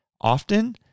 Often